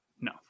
no